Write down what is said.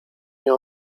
nie